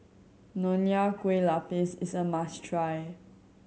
Nonya Kueh Lapis is a must try